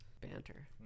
Banter